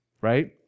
Right